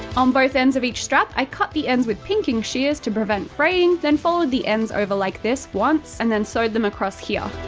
on both ends of each strap, i cut the ends with pinking shears to prevent fraying then folded the ends over like this once, and then sewed them across here.